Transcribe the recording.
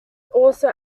also